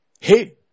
Hey